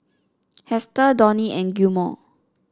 Hester Donnie and Gilmore